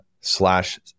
slash